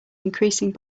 increasing